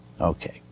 Okay